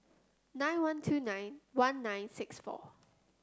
nine one two nine one nine six four